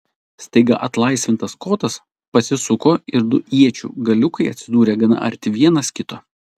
staiga atlaisvintas kotas pasisuko ir du iečių galiukai atsidūrė gana arti vienas kito